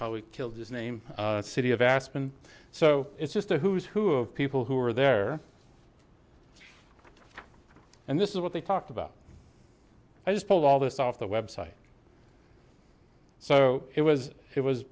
probably killed his name city of aspen so it's just a who's who of people who were there and this is what they talked about i just pulled all this off the website so it was it was